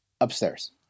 Upstairs